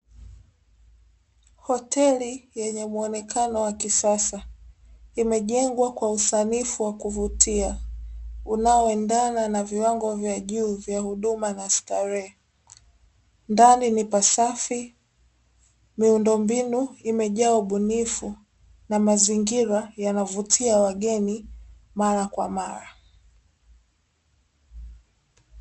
Hoteli yenye muonekano wa kisasa imejengwa kwa usanifu wa kuvutia unaoendana na viwango vya juu vya huduma na starehe, ndani ni pa safi, miundombinu imejaa ubunifu na mazingira yanavutia wageni mara kwa mara.